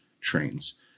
trains